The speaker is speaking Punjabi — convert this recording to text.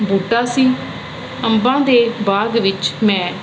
ਬੂਟਾ ਸੀ ਅੰਬਾਂ ਦੇ ਬਾਗ ਵਿੱਚ ਮੈਂ